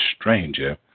stranger